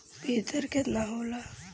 बीज दर केतना होला?